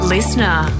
Listener